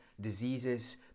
diseases